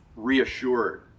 reassured